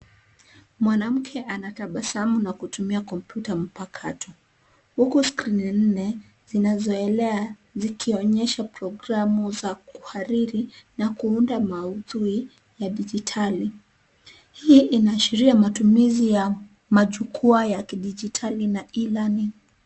Mwanamke anatabasamu na kutumia kompyuta mpakato huku skrini nne zinazoelea zikionyesha programu za kuhalili na kuunda maudhui ya dijitali. Hii inaashiria matumizi ya majukwaa ya kidijitali na e-learning .